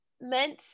meant